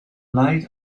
light